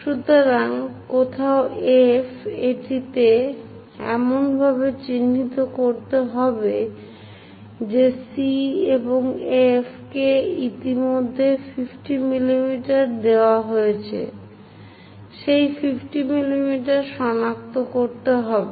সুতরাং কোথাও F এটিকে এমনভাবে চিহ্নিত করতে হবে যে C থেকে F কে ইতিমধ্যেই 50 mm দেওয়া হয়েছে সেই 50 mm সনাক্ত করতে হবে